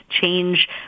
change